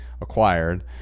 acquired